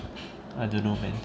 I don't know man